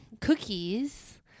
cookies